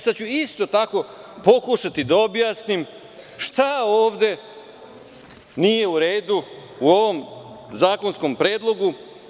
Sada ću isto tako pokušati da objasnim šta ovde nije u redu u ovom zakonskom predlogu.